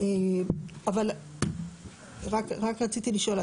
אבל רק רציתי לשאול,